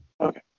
Okay